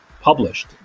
published